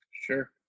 Sure